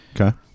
Okay